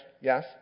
Yes